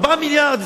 4 מיליארד,